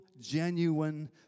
genuine